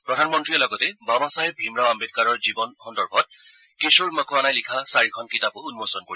প্ৰধানমন্ত্ৰীয়ে লগতে বাবাচাহেব ভীমৰাও আঘ্বেদকাৰৰ জীৱন সন্দৰ্ভত কিশোৰ মক্ৱানাই লিখা চাৰিখন কিতাপো উন্মোচন কৰিব